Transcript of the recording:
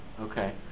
okay